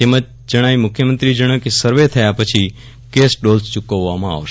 તેમજ જણાવી મુખ્યમંત્રીએ જણાવ્યું કે સર્વે થયા પછી કેશડોલ્સ ચૂકવવામાં આવશે